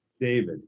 David